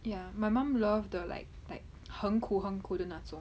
ya my mum love the like like 很苦很苦的那种